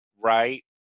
right